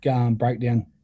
breakdown